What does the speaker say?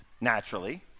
naturally